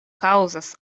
kaŭzas